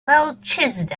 melchizedek